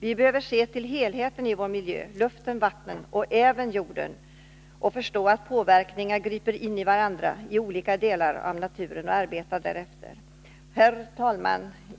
Vi behöver se till helheten i vår miljö — luften, vattnen och även jorden — och förstå att påverkningar griper in i varandra i olika delar av naturen, och vi behöver arbeta därefter. Herr talman!